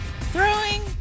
throwing